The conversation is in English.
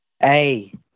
Hey